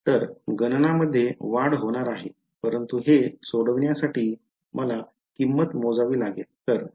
तर गणनामध्ये वाढ होणार आहे परंतु हे सोडविण्यासाठी मला किंमत मोजावी लागेल